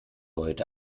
heute